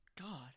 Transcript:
God